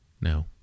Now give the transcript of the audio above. no